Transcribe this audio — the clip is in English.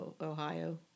Ohio